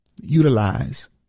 utilize